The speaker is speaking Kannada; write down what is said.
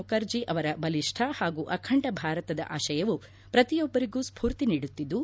ಮುಖರ್ಜಿ ಅವರ ಬಲಿಷ್ಠ ಹಾಗೂ ಅಖಂಡ ಭಾರತದ ಆಶಯವು ಪ್ರತಿಯಬ್ಲರಿಗೂ ಸ್ಪೂರ್ತಿ ನೀಡುತ್ತಿದ್ದು